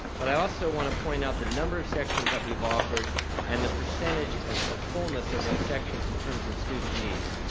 but i also wanna point out the number of sections that we've offered and the percentage of of fullness of those sections in terms of student needs.